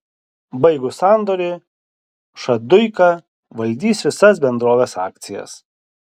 baigus sandorį šaduika valdys visas bendrovės akcijas